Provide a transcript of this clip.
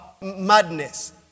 madness